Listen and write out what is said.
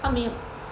还没有